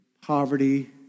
poverty